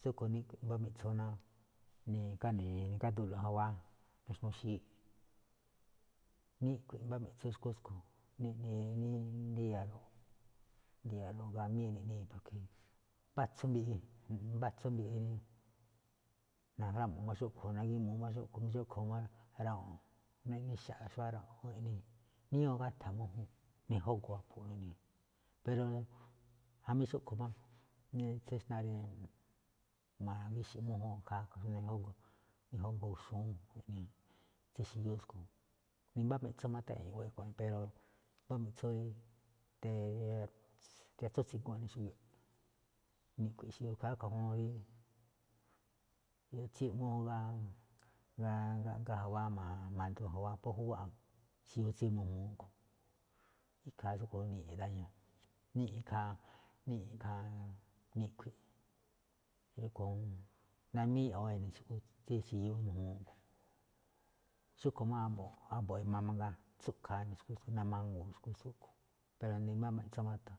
tsúꞌkhue̱n mbá miꞌtsú ná nika nikádulo̱ꞌ jawáá, ná xnuxi̱í. Niꞌkhui̱ꞌ mbá miꞌtsú xu̱kú tsúꞌkhue̱n neꞌne rí ndi̱ya̱ ngamí iꞌnii̱, mbá atsú mbiꞌi, mbá atsú mbiꞌi najrámu̱ꞌ máꞌ xúꞌkhue̱n nagímuu̱ꞌ máꞌ xúꞌkhue̱n rawuu̱nꞌ neꞌne xa̱ꞌ xu̱wa̱á rawu̱nꞌ niꞌnii̱, níyuu gátha̱n mújúnꞌ nijógoo aphu̱ꞌ niꞌnii̱, pero jamí xúꞌkhue̱n máꞌ tsíxná rí ma̱gí xe̱ꞌ mújúnꞌ ikhaa rúꞌkhue̱n nijógoo xu̱únꞌ niꞌnii̱, tsí xi̱yú tsúꞌkhue̱n, nimbá miꞌtsú máꞌ táꞌñi̱ꞌ guéño pero, mbá miꞌtsú te tíriatsú tsigu eꞌne xúge̱ꞌ, niꞌkhui̱ꞌ xíyú. Ikhaa rúꞌkhue̱n juun rí tsíyu̱ꞌ mújúnꞌ gáꞌká jawáá madu phú júwáxi̱yú tsí mu̱jmúúꞌ a̱ꞌkhue̱n, ikhaa tsúꞌkhue̱n niꞌni̱ dáño̱. Niꞌñi̱ꞌ ikhaa niꞌkhui̱ꞌ, rúꞌkhue̱n juun rí namíñu̱ꞌ ene̱ xu̱kú tsí xi̱yú tsí mu̱jmu̱u̱ꞌ a̱ꞌkhue̱n. Xúꞌkhue̱n máꞌ a̱bo̱ꞌ, a̱bo̱ꞌ e̱ma̱ mangaa, tsúꞌkhaa eꞌne xu̱kú tsúꞌkhue̱n namangu̱u̱ꞌ xu̱kú tsúꞌkhue̱n, pero nimbá miꞌtsú.